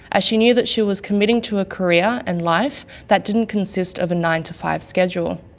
as she knew that she was committing to a career and life that didn't consist of a nine to five schedule.